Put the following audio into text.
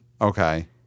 Okay